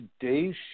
today's